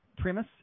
Primus